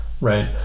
right